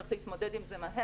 וצריך להתמודד עם זה מהר,